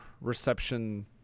reception